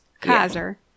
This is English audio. Kaiser